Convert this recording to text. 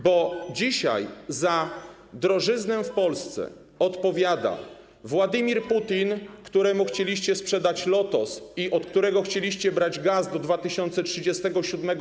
bo dzisiaj za drożyznę w Polsce odpowiada Władimir Putin, któremu chcieliście sprzedać Lotos, od którego chcieliście brać gaz do roku 2037.